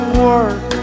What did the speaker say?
work